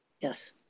Yes